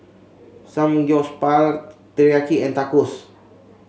Samgyeopsal Teriyaki and Tacos